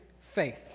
faith